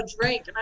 drink